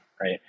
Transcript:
right